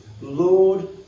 Lord